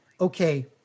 okay